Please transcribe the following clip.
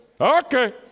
okay